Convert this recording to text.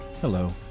Hello